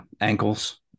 ankles